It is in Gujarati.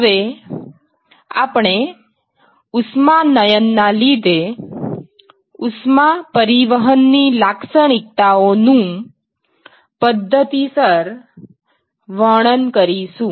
હવે આપણે ઉષ્માનયન ના લીધે ઉષ્મા પરિવહનની લાક્ષણિકતાઓ નું પદ્ધતિસર વર્ણન કરીશું